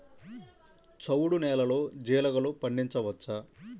చవుడు నేలలో జీలగలు పండించవచ్చా?